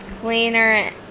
cleaner